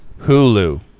Hulu